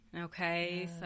okay